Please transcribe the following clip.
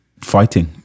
fighting